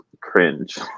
cringe